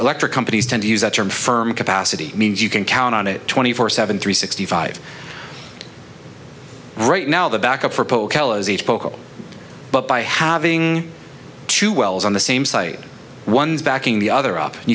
electric companies tend to use that term firm capacity means you can count on it twenty four seven three sixty five right now the back up for a typical but by having two wells on the same site ones backing the other up and